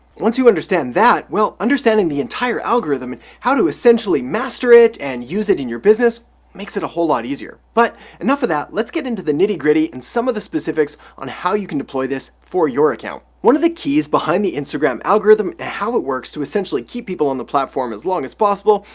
once you understand that, well, understanding the entire algorithm and how to essentially master it and use it in your business makes it a whole lot easier. but enough of that, let's get into the nitty-gritty and some of the specifics on how you can deploy this for your account. one of the keys behind the instagram algorithm and how it works to essentially keep people on the platform as long as possible,